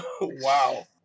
Wow